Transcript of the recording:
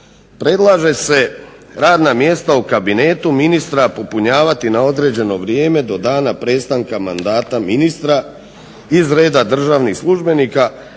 predlaže se radna mjesta u kabinetu ministra popunjavati na određeno vrijeme do dana prestanka mandata ministra iz reda državnih službenika